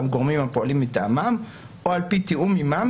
גורמים הפועלים מטעמם "או על-פי תיאום עמם,